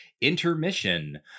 intermission